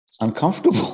uncomfortable